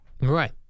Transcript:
Right